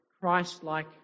Christ-like